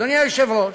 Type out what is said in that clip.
אדוני היושב-ראש,